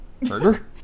Murder